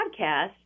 podcast